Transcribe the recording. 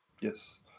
yes